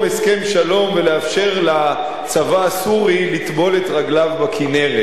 הסכם שלום ולאפשר לצבא הסורי לטבול את רגליו בכינרת.